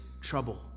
trouble